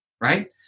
right